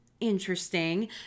interesting